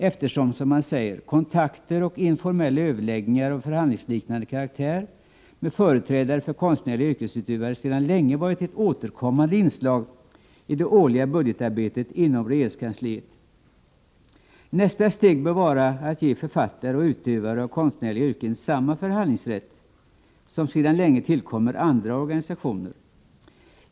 Där skrivs: ”Kontakter och informella överläggningar av förhandlingsliknande karaktär med företrädare för konstnärliga yrkesutövare ——— sedan länge varit återkommande inslag i det årliga budgetarbetet inom regeringskansliet.” Nästa steg bör vara att ge författare och utövare av konstnärliga yrken samma förhandlingsrätt som sedan länge tillkommer andra organisationer.